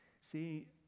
See